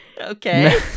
Okay